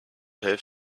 have